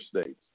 states